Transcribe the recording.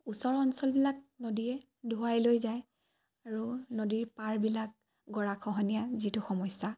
ওচৰ অঞ্চলবিলাক নদীয়ে ধোৱাই লৈ যায় আৰু নদীৰ পাৰবিলাক গৰাখহনীয়া যিটো সমস্যা